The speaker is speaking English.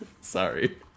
Sorry